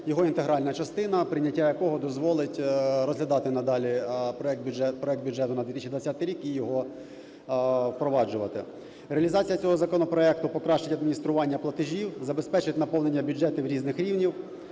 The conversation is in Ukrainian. його інтегральна частина, прийняття якого дозволить розглядати надалі проект бюджету на 2020 рік і його проваджувати. Реалізація цього законопроекту покращить адміністрування платежів; забезпечить наповнення бюджетів різних рівнів;